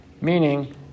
Meaning